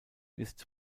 ist